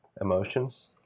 emotions